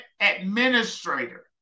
administrator